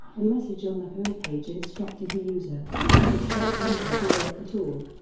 and message on the homepage instructed the user don't expect anything to work at all.